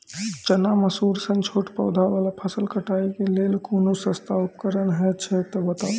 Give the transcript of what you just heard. चना, मसूर सन छोट पौधा वाला फसल कटाई के लेल कूनू सस्ता उपकरण हे छै तऽ बताऊ?